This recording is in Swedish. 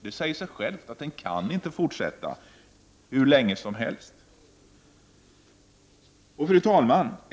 Det säger sig självt att den inte kan fortsätta hur länge som helst. Fru talman!